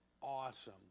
awesome